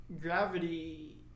gravity